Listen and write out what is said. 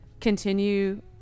continue